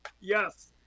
yes